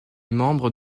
membre